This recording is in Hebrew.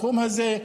בתחום הזה,